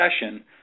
session